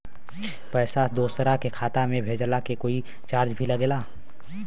पैसा दोसरा के खाता मे भेजला के कोई चार्ज भी लागेला?